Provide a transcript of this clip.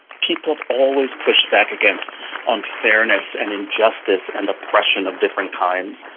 people have always pushed back against unfairness and injustice and oppression of different kinds,